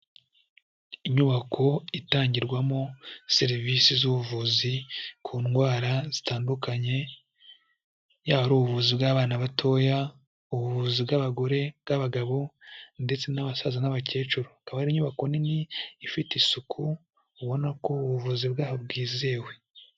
Inyubako itangirwamo serivisi z'ubuvuzi ku ndwara zitandukanye, yaba ari ubuvuzi bw'abana batoya, ubuvuzi bw'abagore, bw'abagabo ndetse n'abasaza n'abakecuru, akaba ari inyubako nini ifite isuku, ubona ko ubuvuzi bwabo bwizewe.